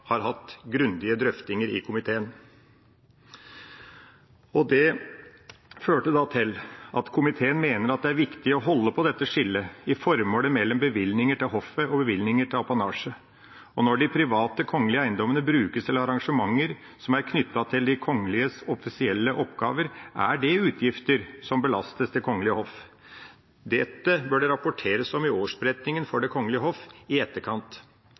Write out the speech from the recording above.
førte til at komiteen mener det er viktig å holde på dette skillet i formålet mellom bevilgninger til hoffet og bevilgninger til apanasje. Når de private kongelige eiendommene brukes til arrangement som er knyttet til de kongeliges offisielle oppgaver, er det utgifter som belastes Det kongelige hoff. Dette bør det rapporteres om i årsberetningen for Det kongelige hoff i etterkant.